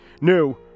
New